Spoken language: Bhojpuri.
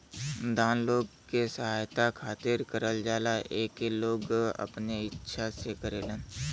दान लोग के सहायता खातिर करल जाला एके लोग अपने इच्छा से करेलन